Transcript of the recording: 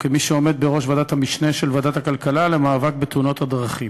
כמי שעומד בראש ועדת המשנה של ועדת הכלכלה למאבק בתאונות הדרכים.